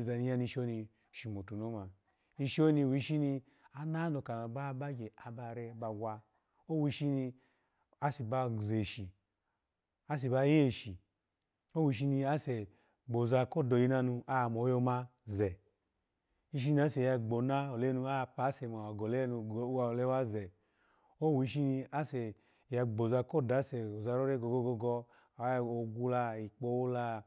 oza ni ya nishi oni shomotu ni oma, ishi oni wishini ananoho ka nano bawa bagye aba re aba gwa, owishini ase ba zeshi, asebaye shi, ase gboza kodoyi nanu amo ayuma ze, ishini ase ya gbona olenu, oya pase mo gole wole waze, owishi ase ya gboza ko daje oza rore gogo, ogwula, ikpowula.